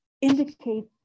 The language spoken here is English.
indicates